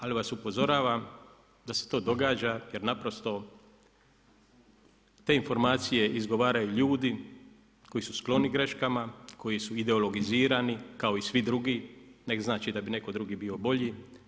Ali vas upozoravam da se to događa jer naprosto te informacije izgovaraju ljudi koji su skloni greškama, koji su ideologizirani kao i svi drugi, ne znači da bi netko drugi bio bolji.